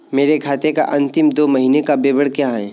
मेरे खाते का अंतिम दो महीने का विवरण क्या है?